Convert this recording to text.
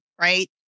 right